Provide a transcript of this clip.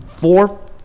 four